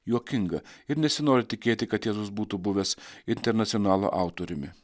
juokinga ir nesinori tikėti kad jėzus būtų buvęs internacionalo autoriumi